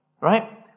right